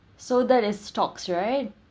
so that is stocks right